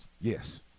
Yes